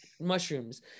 mushrooms